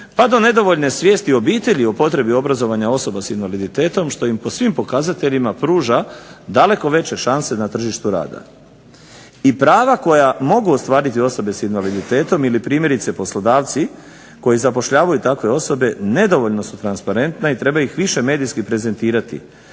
pa do nedovoljne svijesti obitelji o potrebi obrazovanja osoba s invaliditetom što im po svim pokazateljima pruža daleko veće šanse na tržištu rada. I prava koja mogu ostvariti osobe s invaliditetom ili primjerice poslodavci koji zapošljavaju takve osobe nedovoljno su transparentne i treba ih više medijski prezentirati.